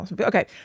Okay